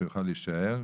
שיוכל להישאר,